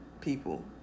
people